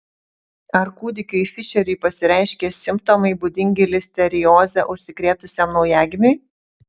ar kūdikiui fišeriui pasireiškė simptomai būdingi listerioze užsikrėtusiam naujagimiui